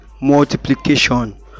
multiplication